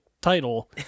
title